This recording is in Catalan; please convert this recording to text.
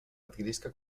adquirisca